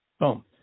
boom